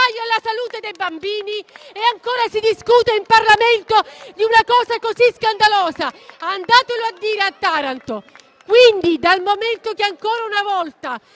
alla salute dei bambini. E ancora si discute in Parlamento di una cosa così scandalosa! Andate a dirlo a Taranto. Quindi, dal momento che ancora una volta